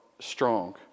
strong